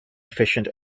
efficient